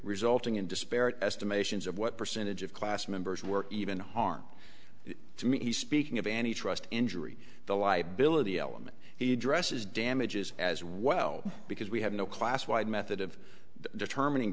resulting in disparate estimations of what percentage of class members were even harm to me speaking of any trust injury the liability element he addresses damages as well because we have no class wide method of determining